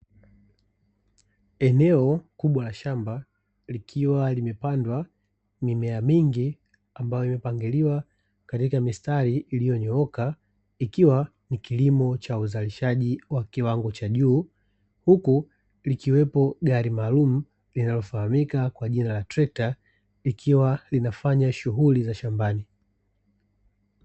Eneo kubwa la shamba likiwa limepandwa mimea mingi, ambayo imepangiliwa katika mistari iliyonyooka, ikiwa ni kilimo cha uzalishaji wa kiwango cha juu. Huku likiwepo gari maalumu linalofahamika kwa jina la trekta, likiwa linafanya shughuli za shambani.